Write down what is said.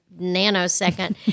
nanosecond